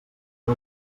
era